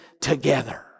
together